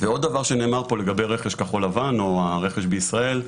ועוד דבר שנאמר פה לגבי רכש כחול-לבן או הרכש בישראל,